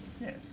Yes